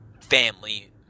family